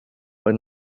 but